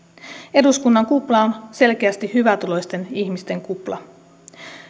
eduskunnan kupla on selkeästi hyvätuloisten ihmisten kupla